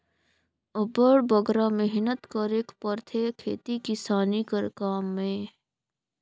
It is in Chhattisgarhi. अब्बड़ बगरा मेहनत करेक परथे खेती किसानी कर काम में